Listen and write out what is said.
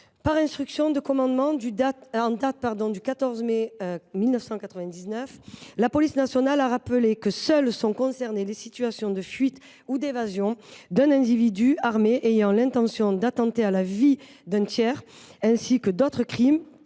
Par instruction de commandement en date du 14 mai 1999, la police nationale a rappelé que seules sont concernées les situations de fuite ou d’évasion d’un individu armé ayant l’intention d’attenter à la vie d’un tiers, de crime